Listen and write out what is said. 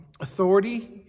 authority